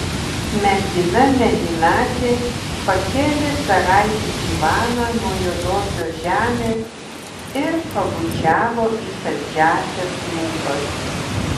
mergina mėlynakė pakėlė caraitį ivaną nuo juodosios žemės ir pabučiavo į saldžiąsias lūpas